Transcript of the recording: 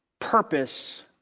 purpose